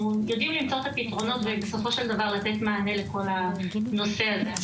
אנחנו יודעים למצוא את הפתרונות ובסופו של דבר לתת מענה לכל הנושא הזה.